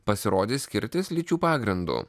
pasirodys skirtis lyčių pagrindu